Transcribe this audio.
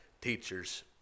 teachers